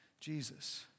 Jesus